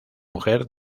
mujer